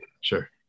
Sure